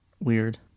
weird